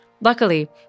Luckily